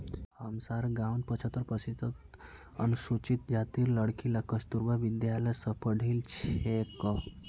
हमसार गांउत पछहत्तर प्रतिशत अनुसूचित जातीर लड़कि ला कस्तूरबा विद्यालय स पढ़ील छेक